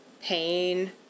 pain